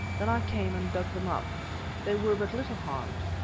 then i came and dug them up they were but little harmed.